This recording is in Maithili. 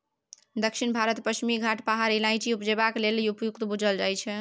दक्षिण भारतक पछिमा घाट पहाड़ इलाइचीं उपजेबाक लेल उपयुक्त बुझल जाइ छै